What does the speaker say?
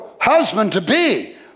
husband-to-be